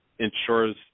ensures